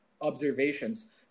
Observations